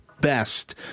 best